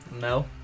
No